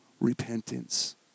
repentance